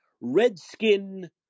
Redskin